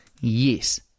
Yes